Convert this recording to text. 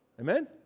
Amen